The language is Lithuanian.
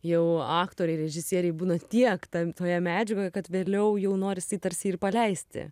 jau aktoriai režisieriai būna tiek tam toje medžiagoje kad vėliau jau noris jį tarsi ir paleisti